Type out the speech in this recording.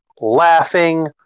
laughing